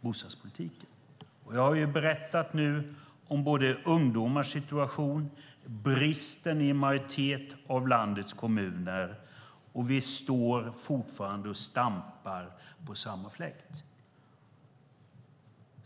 bostadspolitiken. Jag har nu berättat om ungdomars situation och om bostadsbristen i en majoritet av landets kommuner. Vi står fortfarande och stampar på samma fläck.